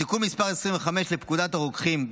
בתיקון מספר 25 לפקודת הרוקחים,